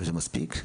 זה מספיק?